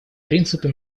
принципы